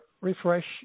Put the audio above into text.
refresh